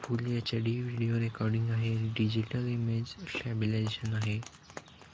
फुली H I D video recording आहे digital image stabilisation आहे